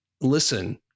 listen